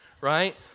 right